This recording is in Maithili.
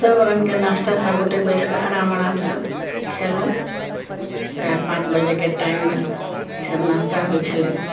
सब रंग के नास्ता सब गोटे बसि के आराम आराम सॅं खेलहुॅं चारि पाँच बजे के टाइम मे इसब नास्ता होइ छलै